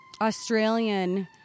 Australian